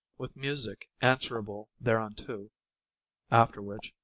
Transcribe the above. with music answerable thereunto after which,